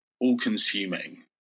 all-consuming